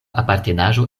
apartenaĵo